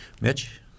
Mitch